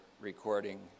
recording